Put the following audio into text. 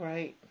Right